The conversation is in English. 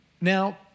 Now